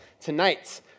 tonight